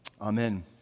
Amen